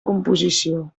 composició